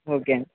okay అండి